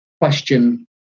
question